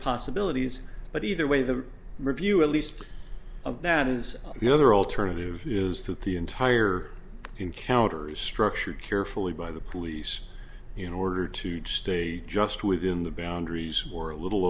possibilities but either way the review at least that is the other alternative is that the entire encounter is structured carefully by the police in order to stay just within the boundaries or a little